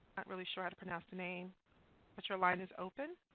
not really sure how to pronounce the name but your line is open.